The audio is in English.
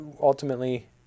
ultimately